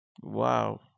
Wow